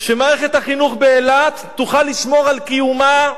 שמערכת החינוך באילת תוכל לשמור על קיומה,